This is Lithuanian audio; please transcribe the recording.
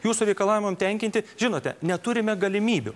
jūsų reikalavimam tenkinti žinote neturime galimybių